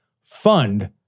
fund